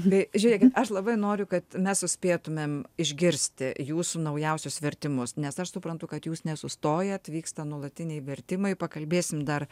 tai žiūrėkit aš labai noriu kad mes suspėtumėm išgirsti jūsų naujausius vertimus nes aš suprantu kad jūs nesustojat vyksta nuolatiniai vertimai pakalbėsim dar